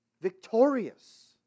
victorious